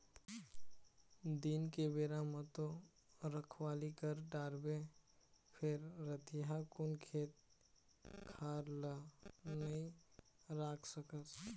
दिन के बेरा म तो रखवाली कर डारबे फेर रतिहा कुन खेत खार ल नइ राख सकस